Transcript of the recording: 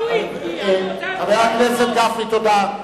חבר הכנסת גפני, תודה.